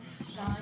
שניים.